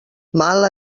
mala